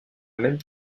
même